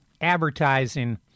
advertising